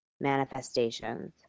manifestations